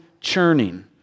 churning